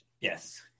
Yes